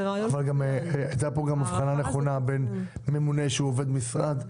אבל הייתה כאן גם הבחנה נכונה בין ממונה שהוא עובד משרד,